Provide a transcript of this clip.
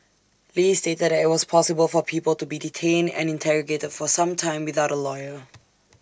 li stated that IT was possible for people to be detained and interrogated for some time without A lawyer